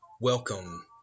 Welcome